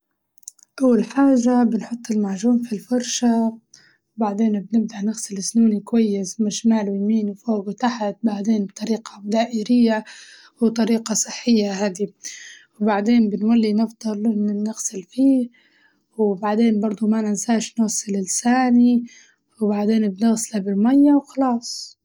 أول حاجة بنحط المعجون في الفرشة وبعدين بنبدا نغسل سنوني كويس من شمال ويمين وفوق وتحت بعدين بطريقة دائرية وطريقة صحية هادي، بعدين بنولي نفضل نغسل فيه وبعدين برضه ما ننساش نغسل لساني وبعدين بنغسله بالمية وخلاص.